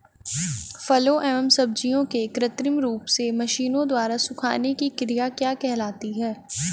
फलों एवं सब्जियों के कृत्रिम रूप से मशीनों द्वारा सुखाने की क्रिया क्या कहलाती है?